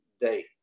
day